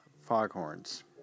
foghorns